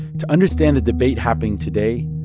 to understand the debate happening today,